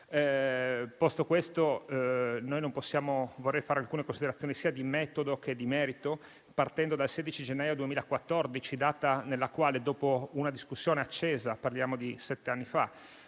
Posto questo, vorrei fare alcune considerazioni sia di metodo che di merito, partendo dal 16 gennaio 2014 quando, dopo una discussione accesa (parliamo di sette anni fa),